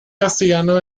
castellano